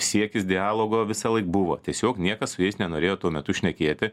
siekis dialogo visąlaik buvo tiesiog niekas su jais nenorėjo tuo metu šnekėti